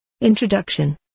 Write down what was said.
Introduction